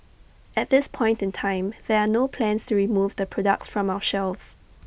at this point in time there are no plans to remove the products from our shelves